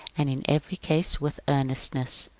and in every case with earnestness.